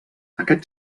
aquest